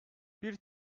bir